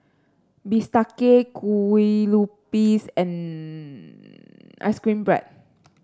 bistake Kue Lupis and ice cream bread